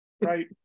Right